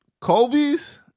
Kobe's